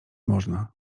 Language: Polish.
można